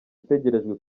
itegerejwe